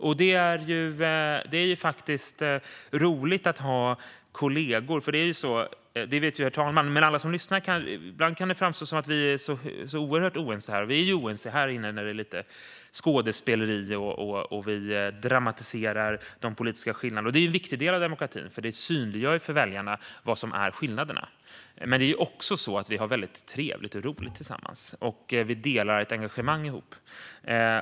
Ibland kan det framstå som att vi här i riksdagen är så oerhört oense. Och vi är oense här inne, och det blir lite skådespeleri när vi dramatiserar de politiska skillnaderna. Det är en viktig del av demokratin eftersom det synliggör skillnaderna för väljarna. Men det är också så att vi har väldigt trevligt och roligt tillsammans och delar ett engagemang. Detta vet talmannen men kanske inte de som lyssnar.